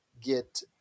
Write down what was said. get